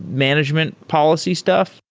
management policy stuff?